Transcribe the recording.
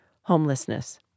homelessness